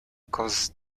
cause